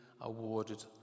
awarded